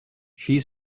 she